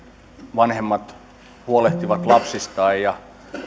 vanhemmat huolehtivat lapsistaan ja